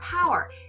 power